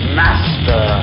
master